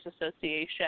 Association